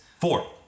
Four